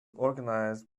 organized